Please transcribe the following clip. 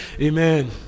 Amen